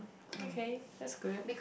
okay that's good